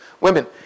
Women